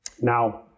Now